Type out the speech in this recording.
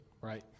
right